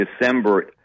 December